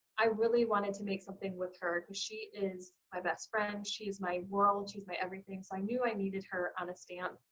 i really wanted to make something with her, because, she is my best friend. she is my world. she is my everything, so i knew i needed her on a stamp,